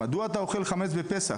מדוע אתה אוכל חמץ בפסח,